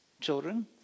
children